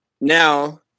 now